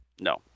No